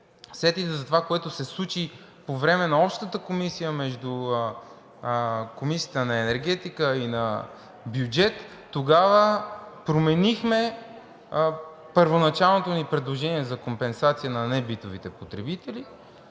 сетите за това, което се случи по време на общата комисия между Комисията по енергетика и Комисията по бюджет и финанси, тогава променихме първоначалното ни предложение за компенсация на небитовите потребители.